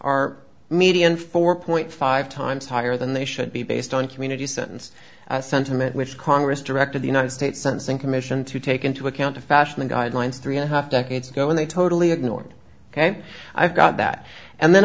are median four point five times higher than they should be based on community sentence sentiment which congress directed the united states sensing commission to take into account to fashion the guidelines three and a half decades ago and they totally ignored ok i've got that and then